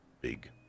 big